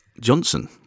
Johnson